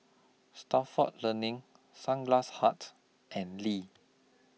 Stalford Learning Sunglass Hut and Lee